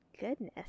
Goodness